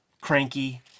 cranky